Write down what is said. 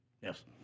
Yes